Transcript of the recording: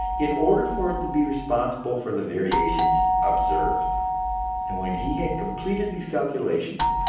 in order for it to be responsible for the variations observed and when he had completed these calculations,